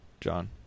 John